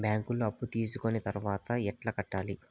బ్యాంకులో అప్పు తీసుకొని తర్వాత ఎట్లా కట్టాలి?